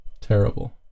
Terrible